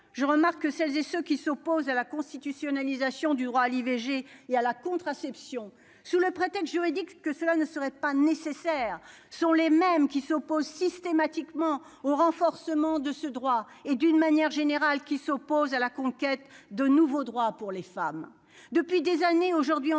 je remarque que celles et ceux qui s'opposent à la constitutionnalisation du droit à l'IVG et à la contraception, sous le prétexte juridique que cela ne serait pas nécessaire sont les mêmes qui s'opposent systématiquement au renforcement de ce droit et d'une manière générale, qui s'oppose à la conquête de nouveaux droits pour les femmes depuis des années, aujourd'hui